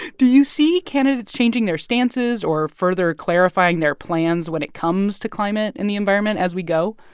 do you see candidates changing their stances or further clarifying their plans when it comes to climate and the environment, as we go?